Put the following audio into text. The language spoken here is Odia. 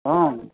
ହଁ